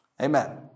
Amen